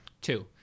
Two